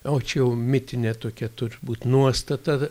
o čia jau mitinė tokia turbūt nuostata